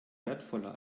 wertvoller